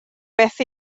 beth